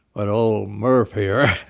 but old murph here